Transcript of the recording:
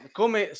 come